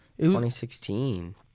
2016